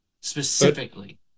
specifically